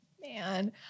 man